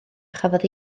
chafodd